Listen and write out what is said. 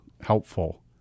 helpful